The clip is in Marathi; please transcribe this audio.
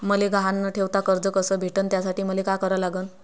मले गहान न ठेवता कर्ज कस भेटन त्यासाठी मले का करा लागन?